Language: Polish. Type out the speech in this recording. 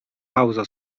pauza